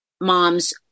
moms